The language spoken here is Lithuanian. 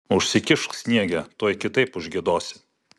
užsikišk sniege tuoj kitaip užgiedosi